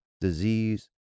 disease